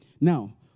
Now